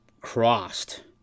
crossed